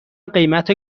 قیمت